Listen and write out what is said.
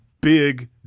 big